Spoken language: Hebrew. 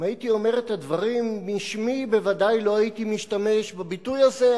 אם הייתי אומר את הדברים בשמי בוודאי לא הייתי משתמש בביטוי הזה,